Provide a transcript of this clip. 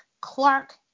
Clark